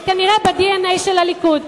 זה כנראה ב-DNA של הליכוד,